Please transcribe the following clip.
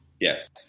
yes